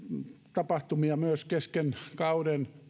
tapahtumia myös kesken kauden